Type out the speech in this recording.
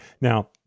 Now